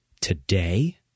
today